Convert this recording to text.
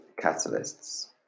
catalysts